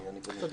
תודה.